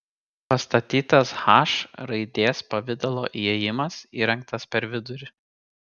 pastatytas h raidės pavidalo įėjimas įrengtas per vidurį